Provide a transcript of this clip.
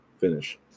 finish